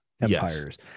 empires